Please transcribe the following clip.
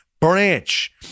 Branch